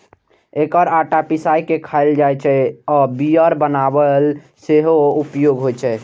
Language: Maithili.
एकर आटा पिसाय के खायल जाइ छै आ बियर बनाबै मे सेहो उपयोग होइ छै